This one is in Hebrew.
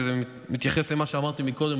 וזה מתייחס למה שאמרתי קודם,